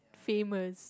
famous